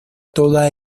toda